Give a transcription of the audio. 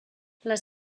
les